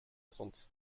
trente